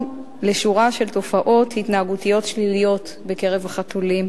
לשורה של תופעות התנהגותיות שליליות בקרב החתולים.